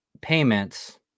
payments